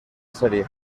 serie